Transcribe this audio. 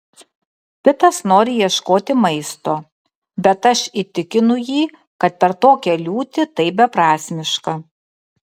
pitas nori ieškoti maisto bet aš įtikinu jį kad per tokią liūtį tai beprasmiška